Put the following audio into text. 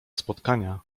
spotkania